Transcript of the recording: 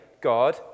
God